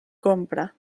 compra